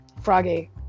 froggy